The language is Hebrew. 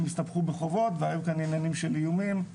הסתבכו בחובות והיו כאן עניינים של איומים.